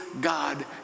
God